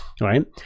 right